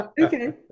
Okay